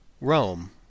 Rome